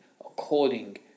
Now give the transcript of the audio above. according